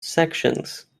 sections